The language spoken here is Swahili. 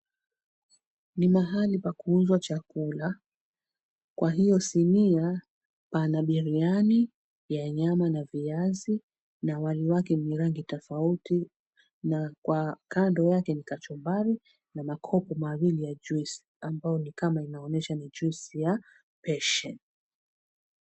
Ni mahali pa kuuzwa chakula, kwa hiyo sinia pana biriani ya nyama na viazi na wali wake ni rangi tofauti na kando yake ni kachumbari na makopo mawili ya juisi ambayo nikama inaonyesha ni juisi ya Peshen .